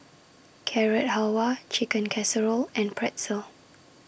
Carrot Halwa Chicken Casserole and Pretzel